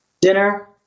Dinner